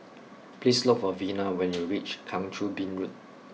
please look for Vina when you reach Kang Choo Bin Road